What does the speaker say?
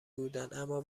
بودند، اما